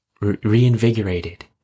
Reinvigorated